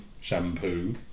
Shampoo